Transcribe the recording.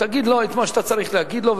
תגיד לו את מה שאתה צריך להגיד לו,